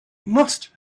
must